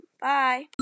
Bye